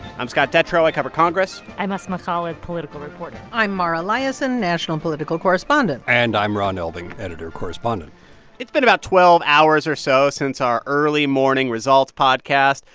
i'm scott detrow. i cover congress i'm asma khalid, political reporter i'm mara liasson, national political correspondent and i'm ron elving, editor correspondent it's been about twelve hours or so since our early morning results podcast.